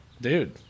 dude